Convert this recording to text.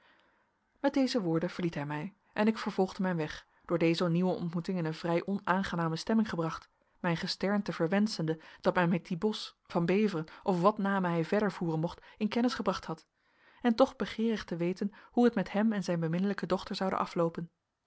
met deze woorden verliet hij mij en ik vervolgde mijn weg door deze nieuwe ontmoeting in een vrij onaangename stemming gebracht mijn gesternte verwenschende dat mij met dien bos van beveren of wat namen hij verder voeren mocht in kennis gebracht had en toch begeerig te weten hoe het met hem en zijn beminnelijke dochter zoude afloopen